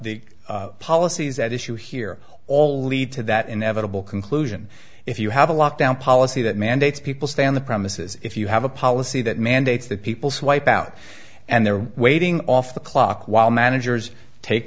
the policies at issue here all lead to that inevitable conclusion if you have a lockdown policy that mandates people stay on the premises if you have a policy that mandates that people swipe out and there are waiting off the clock while managers take